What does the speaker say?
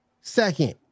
second